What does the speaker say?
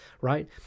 Right